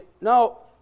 No